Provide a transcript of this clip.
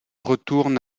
retourne